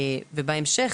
ובהמשך,